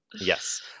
Yes